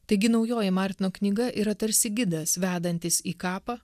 taigi naujoji martino knyga yra tarsi gidas vedantis į kapą